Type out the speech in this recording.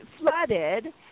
flooded